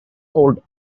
old